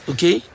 Okay